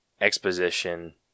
exposition